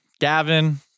Gavin